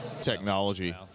Technology